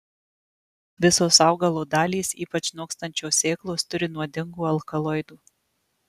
visos augalo dalys ypač nokstančios sėklos turi nuodingų alkaloidų